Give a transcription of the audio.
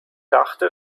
dachte